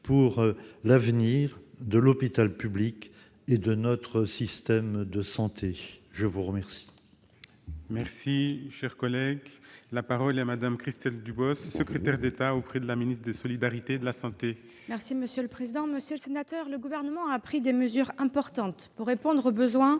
pour l'avenir de l'hôpital public et de notre système de santé ? La parole